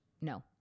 no